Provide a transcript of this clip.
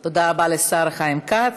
תודה רבה לשר חיים כץ.